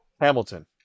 Hamilton